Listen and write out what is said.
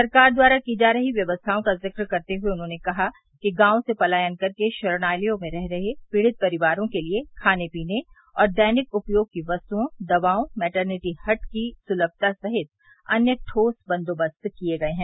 सरकार द्वारा की जा रही व्यक्स्थाओं का जिक्र करते हुए उन्होंने कहा कि गांवों से पलायन कर शरणालयों में रह रहे पीड़ित परिवारों के लिए खाने पीने और दैनिक उपयोग की क्स्त्यों दवाओं मैटरनिटी हट की सुलभता सहित अन्य ठोस बंदोबस्त किये गये हैं